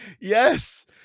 yes